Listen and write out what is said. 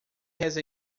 reza